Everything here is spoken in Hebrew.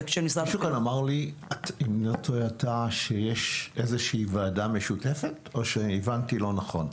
מישהו כאן אמר לי שיש איזושהי ועדה משותפת או שהבנתי לא נכון.